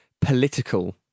political